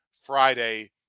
Friday